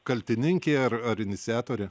kaltininkė ar ar iniciatorė